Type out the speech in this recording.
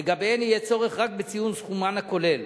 לגביהן יהיה צורך רק בציון סכומן הכולל.